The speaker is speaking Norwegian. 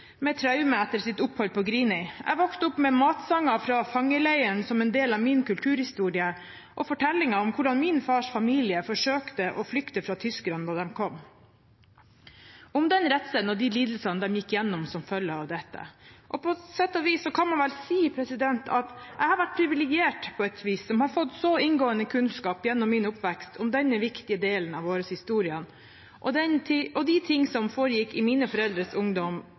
med traume etter sitt opphold på Grini. Jeg vokste opp med matsanger fra fangeleiren som en del av min kulturhistorie, og fortellinger om hvordan min fars familie forsøkte å flykte fra tyskerne da de kom – om den redselen og de lidelsene de gikk gjennom som følge av dette. På sett og vis kan man vel si at jeg på en måte har vært privilegert som gjennom min oppvekst har fått så inngående kunnskap om denne viktige delen av vår historie og de ting som foregikk i mine foreldres ungdom